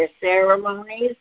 ceremonies